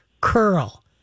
curl